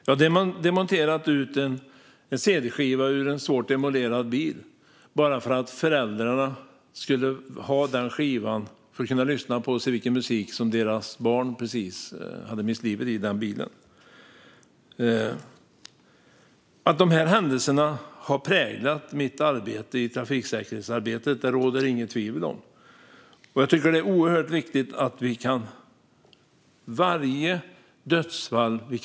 Jag har monterat ut en cd-skiva ur en svårt demolerad bil bara för att föräldrarna skulle få den skivan och kunna lyssna på samma musik som sitt barn, som precis hade mist livet i den bilen. Att de här händelserna har präglat mig i trafiksäkerhetsarbetet råder det inget tvivel om. Jag tycker att det är oerhört viktigt att minimera antalet dödsfall i trafiken.